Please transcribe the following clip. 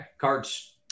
Cards –